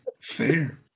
fair